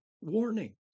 warning